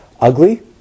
Ugly